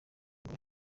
ngo